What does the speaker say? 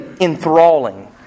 enthralling